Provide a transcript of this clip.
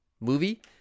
Movie